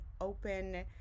open